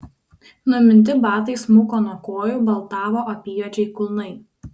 numinti batai smuko nuo kojų baltavo apyjuodžiai kulnai